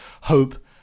hope